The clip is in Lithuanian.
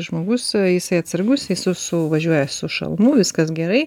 žmogus jisai atsargus visus su važiuoja su šalmu viskas gerai